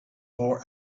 for